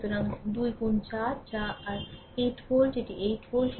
সুতরাং 2 গুন 4 যা আর 8 ভোল্ট এটি 8 ভোল্ট